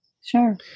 Sure